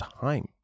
time